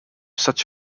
such